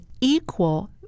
equal